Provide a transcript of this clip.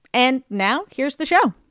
and now here's the show